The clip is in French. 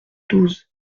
douze